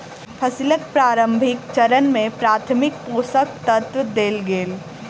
फसीलक प्रारंभिक चरण में प्राथमिक पोषक तत्व देल गेल